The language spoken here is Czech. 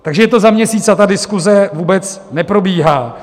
Takže je to za měsíc, a ta diskuze vůbec neprobíhá.